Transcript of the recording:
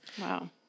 Wow